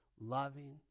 loving